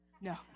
no